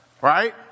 Right